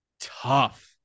tough